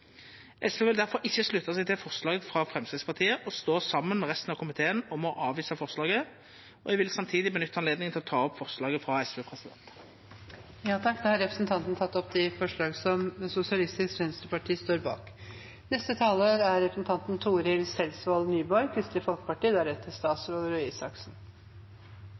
SV vil difor ikkje slutta seg til forslaget frå Framstegspartiet og står saman med resten av komiteen om å avvisa forslaget. Eg vil samtidig nytta høvet til å ta opp forslaget som SV står åleine bak. Representanten Eirik Faret Sakariassen har tatt opp det forslaget han viste til. Tre Framstegsparti-representantar har i denne saka fremja forslag om eit heilskapleg Nav. Ja, den intensjonen kan også Kristeleg Folkeparti